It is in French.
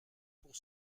pour